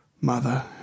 mother